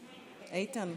עצמאים,